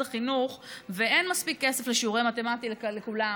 החינוך ואין מספיק כסף לשיעורי מתמטיקה לכולם,